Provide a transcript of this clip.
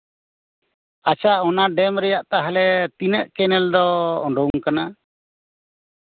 ᱟᱪᱪᱷᱟ ᱚᱱᱟ ᱰᱮᱢ ᱨᱮᱭᱟᱜ ᱛᱟᱦᱚᱞᱮ ᱛᱤᱱᱟᱹᱜ ᱠᱮᱱᱮᱞ ᱫᱚ ᱩᱰᱩᱝ ᱠᱟᱱᱟ